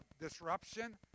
disruption